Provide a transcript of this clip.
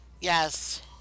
Yes